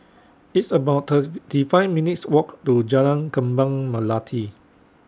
It's about thirty five minutes' Walk to Jalan Kembang Melati